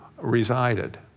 resided